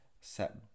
Set